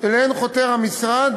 שאליהן חותר המשרד,